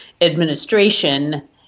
administration